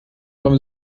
beim